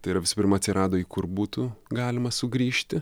tai yra visų pirma atsirado į kur būtų galima sugrįžti